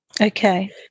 Okay